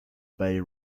bay